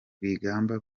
rwigamba